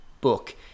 book